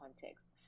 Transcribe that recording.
context